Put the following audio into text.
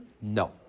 No